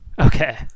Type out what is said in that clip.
Okay